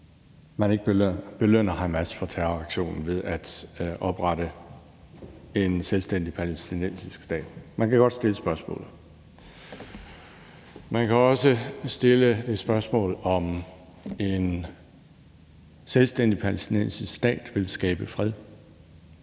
man ikke belønner Hamas for terroraktionen ved at oprette en selvstændig palæstinensisk stat. Man kan godt stille spørgsmålet. Man kan også stille det spørgsmål, om en selvstændig palæstinensisk stat vil skabe fred.